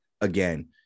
again